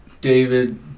David